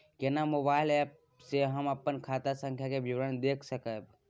केना mobile app से हम अपन खाता संख्या के विवरण देख सकब?